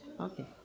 okay